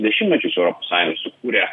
dešimtmečius europos sąjunga sukūrė